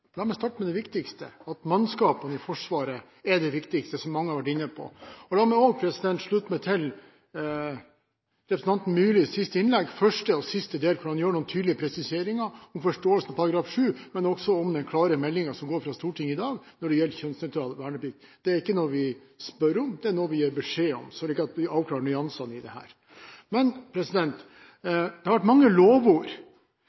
La meg starte med det viktigste, at mannskapene i Forsvaret er det viktigste – som mange har vært inne på. La meg også slutte meg til representanten Myrlis siste innlegg – første og siste del – hvor han gjør noen tydelige presiseringer av forståelsen av § 7, men også av den klare meldingen som går fra Stortinget i dag når det gjelder kjønnsnøytral verneplikt. Det er ikke noe vi spør om, det er noe vi gir beskjed om – slik at vi avklarer nyansene i dette. Det